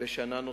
בשנה נוספת.